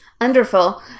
underful